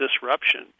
disruption